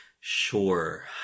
Sure